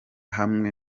hamwe